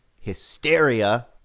hysteria